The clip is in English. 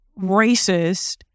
racist